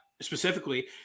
specifically